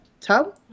tub